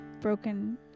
broken